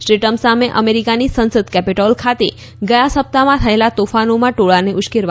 Shri Trump સામે અમેરિકાની સંસદ કેપિટોલ ખાતે ગયા સપ્તાહમાં થયેલા તોફાનોમાં ટોળાને ઉશ્કેરવાનો આરોપ છે